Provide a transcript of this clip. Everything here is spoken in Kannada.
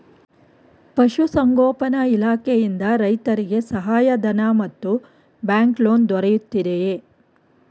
ಪಶು ಸಂಗೋಪನಾ ಇಲಾಖೆಯಿಂದ ರೈತರಿಗೆ ಸಹಾಯ ಧನ ಮತ್ತು ಬ್ಯಾಂಕ್ ಲೋನ್ ದೊರೆಯುತ್ತಿದೆಯೇ?